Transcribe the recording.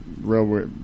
Railway